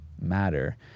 matter